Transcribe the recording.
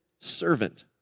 servant